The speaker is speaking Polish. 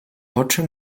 oczy